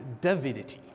Davidity